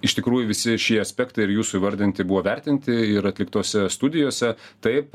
iš tikrųjų visi šie aspektai ir jūsų įvardinti buvo vertinti ir atliktose studijose taip